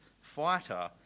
fighter